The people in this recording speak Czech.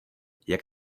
jak